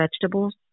vegetables